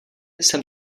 jsem